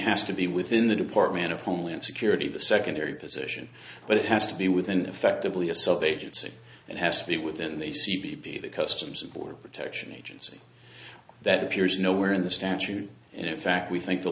has to be within the department of homeland security the secondary position but it has to be within effectively a sub agency and has to be within the c b p the customs and border protection agency that appears nowhere in the statute and in fact we think the